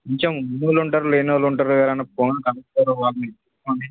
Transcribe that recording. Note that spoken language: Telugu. కొంచెం ఉన్నోళ్ళు ఉంటారు లేనోళ్ళు ఉంటారు కదా అన్నా పోను కలుస్తారు